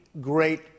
great